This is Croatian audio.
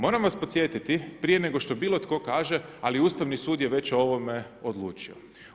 Moram vas podsjetiti prije nego što bilo tko kaže, ali Ustavni sud je već o ovome odlučio.